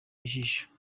ijisho